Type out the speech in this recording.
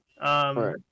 Right